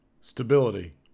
stability